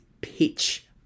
pitch